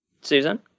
Susan